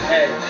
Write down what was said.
Hey